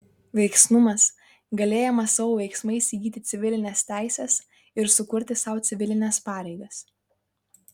veiksnumas galėjimas savo veiksmais įgyti civilines teises ir sukurti sau civilines pareigas